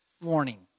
warning